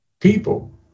people